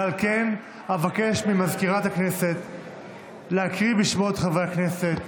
ועל כן אבקש ממזכירת הכנסת להקריא את שמות חברי הכנסת.